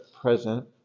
present